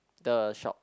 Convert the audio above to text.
the shop